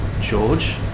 George